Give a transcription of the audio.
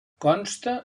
consta